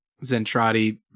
Zentradi